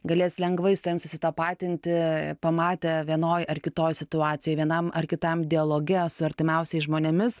galės lengvai su tavim susitapatinti pamatę vienoj ar kitoj situacijoj vienam ar kitam dialoge su artimiausiais žmonėmis